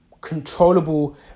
Controllable